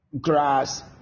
grass